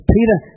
Peter